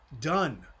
Done